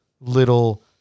little